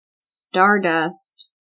Stardust